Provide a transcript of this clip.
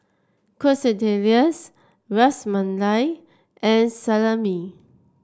Quesadillas Ras Malai and Salami